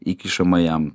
įkišama jam